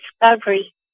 discovery